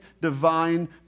divine